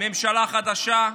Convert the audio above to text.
הממשלה החדשה.